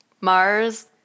Mars